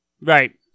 Right